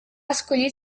escollir